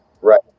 right